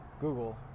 Google